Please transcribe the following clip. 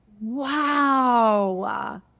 Wow